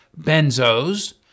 benzos